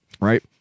right